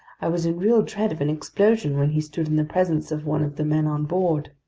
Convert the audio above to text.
i was in real dread of an explosion when he stood in the presence of one of the men on board.